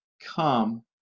come